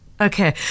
Okay